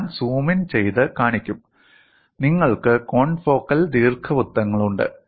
ഞാൻ zoom in ചെയ്ത് കാണിക്കും നിങ്ങൾക്ക് കോൺഫോക്കൽ ദീർഘവൃത്തങ്ങളുണ്ട്